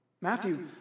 Matthew